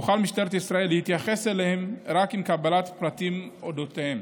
תוכל משטרת ישראל להתייחס אליהם רק עם קבלת פרטים על אודותיהם.